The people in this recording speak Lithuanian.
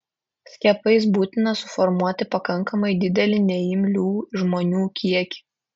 skiepais būtina suformuoti pakankamai didelį neimlių žmonių kiekį